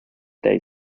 day